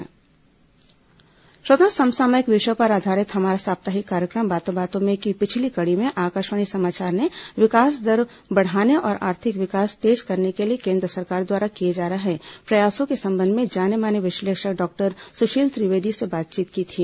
बातों बातों में श्रोताओं समसामयिक विषयों पर आधारित हमारा साप्ताहिक कार्यक्रम बातों बातों में की पिछली कड़ी में आकाशवाणी समाचार ने विकास दर बढ़ाने और आर्थिक विकास तेज करने के लिए केन्द्र सरकार द्वारा किए जा रहे प्रयासों के संबंध में जाने माने विश्लेषक डॉक्टर सुशील त्रिवेदी से बातचीत की थी